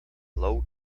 low